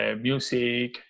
music